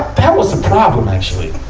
that was a problem, actually.